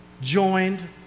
joined